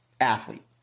athlete